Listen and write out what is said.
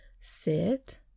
sit